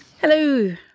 Hello